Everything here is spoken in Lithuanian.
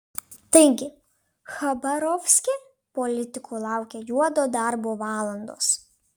taigi chabarovske politikų laukia juodo darbo valandos